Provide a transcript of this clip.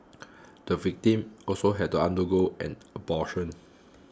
the victim also had to undergo an abortion